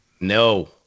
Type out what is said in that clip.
no